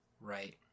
right